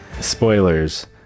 Spoilers